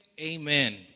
Amen